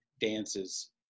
dances